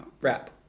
Wrap